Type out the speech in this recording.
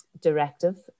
directive